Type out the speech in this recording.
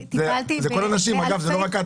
זה רוב הנשים, לא רק את.